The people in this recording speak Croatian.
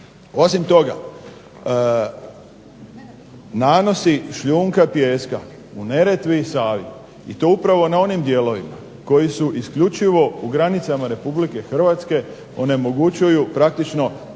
Osim toga, nanosi šljunka i pijeska u Neretvi i Savi i to upravo na onim dijelovima koji su isključivo u granicama Republike Hrvatske onemogućuju praktično protok